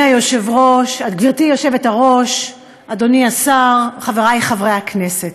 גברתי היושבת-ראש, אדוני השר, חברי חברי הכנסת,